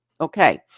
Okay